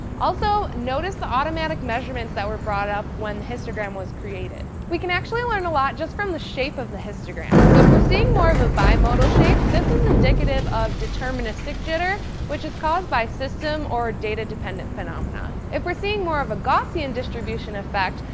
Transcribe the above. also, notice the automatic measurements that were brought up when the histogram was created. we can actually learn a lot just from the shape of the histogram. so if we're seeing more of a bimodal shape, this is indicative of deterministic jitter which is caused by system or data-dependent phenomena. if we're seeing more of a gaussian distribution effect,